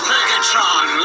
Megatron